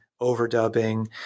overdubbing